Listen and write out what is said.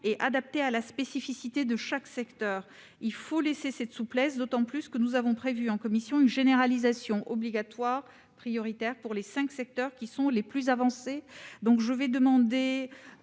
et adapté à la spécificité de chaque secteur. Il faut laisser cette souplesse, d'autant que nous avons prévu, en commission, une généralisation obligatoire prioritaire pour les cinq secteurs les plus avancés.